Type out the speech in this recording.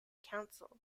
council